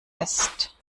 ist